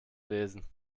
lesen